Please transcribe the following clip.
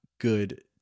good